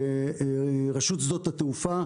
ברשות שדות התעופה.